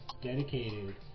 dedicated